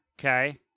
Okay